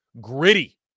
Gritty